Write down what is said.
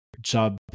job